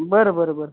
बरं बरं बरं